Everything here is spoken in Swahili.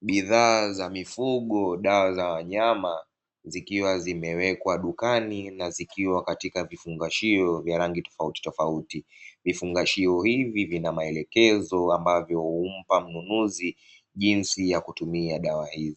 Bidhaa zamifugo, dawa za wanyama, zikiwa zimewekwa dukani na zikiwa zimewekwa katika vifungashio vya rangi tofauti tofauti vifungashio hivi vina maelekezo ambayo humpa mnunuzi maelezo jinsi ya kutumia bidhaa hio,